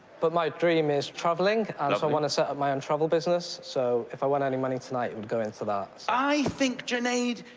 but my dream is travelling, ah so i want to set up my own travel business, so if i won any money tonight, it would go into that, so. i think, junaid,